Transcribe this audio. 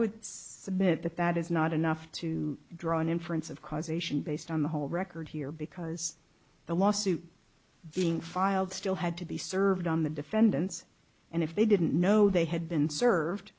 would submit that that is not enough to draw an inference of causation based on the whole record here because the lawsuit being filed still had to be served on the defendants and if they didn't know they had been served